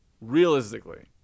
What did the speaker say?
Realistically